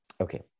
Okay